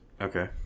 okay